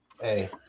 Hey